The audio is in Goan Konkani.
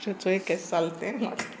अचो एकेस साल तें न